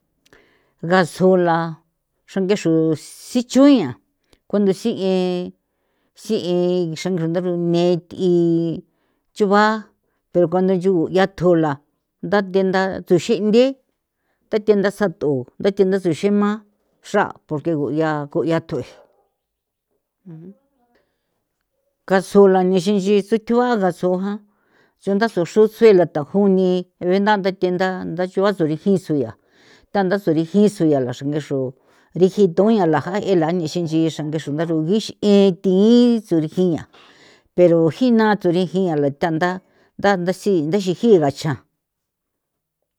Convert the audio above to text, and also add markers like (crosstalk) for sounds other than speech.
Ngasula xrange xru sichuian cuando s'e si'e xraruntha runee th'i chuba pero cuando yu yathju la ntha tenga thuxin thi thathenda sath'o ndue xuema (noise) xra porque guya ko yato (noise) kasola nexin nchi tsuthua ngaso jan chunda susu xre suela thajun ni bentha nthathenda tha tsua surijin suya thanda surijisuya la xrange xru rijin thuya (noise) la jaela ne nexinyin xi xange xo nchra gixin ithi surijia pero jina turijia la thanda ntha thaxi xijin gacha.